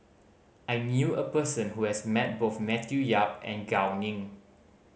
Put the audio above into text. I knew a person who has met both Matthew Yap and Gao Ning